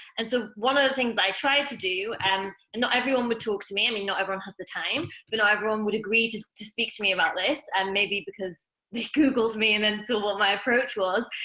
and so one of the things i tried to do and and not everyone would talk to me, i mean not everyone has the time but not everyone would agree to to speak to me about this, and maybe because they googled me and and saw what my approach was,